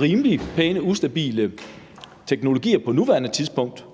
rimelig pænt ustabile teknologier på nuværende tidspunkt,